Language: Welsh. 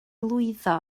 lwyddo